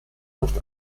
fast